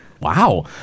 Wow